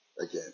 Again